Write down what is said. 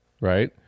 right